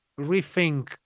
rethink